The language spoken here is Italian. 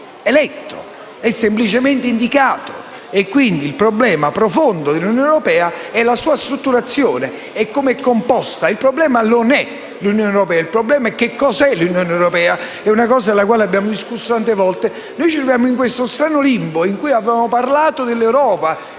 è semplicemente indicato.